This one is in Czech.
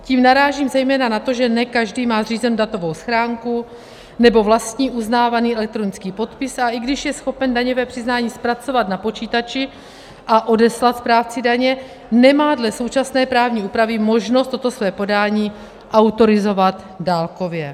Tím narážím zejména na to, že ne každý má zřízenou datovou schránku nebo vlastní uznávaný elektronický podpis, a i když je schopen daňové přiznání zpracovat na počítači a odeslat správci daně, nemá dle současné právní úpravy možnost toto své podání autorizovat dálkově.